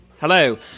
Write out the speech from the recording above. Hello